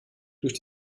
durch